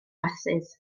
rasys